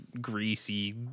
greasy